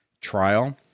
trial